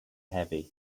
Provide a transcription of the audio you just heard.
heavy